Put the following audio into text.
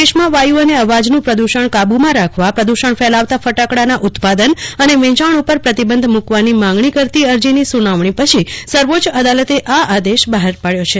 દેશમાં વાયુ અને અવાજનું પ્રદૃષણ કાબુમાં રાખવા પ્રદૃષણ ફેલાવતાં ફટાકડાના ઉત્પાદન અને વેચાણ ઉપર પ્રતિબંધ મુકવાની માગણી કરતી અરજીની સુનવણી પછી સર્વોચ્ય અદાલતે આ આદેશ બહાર પાડયા છે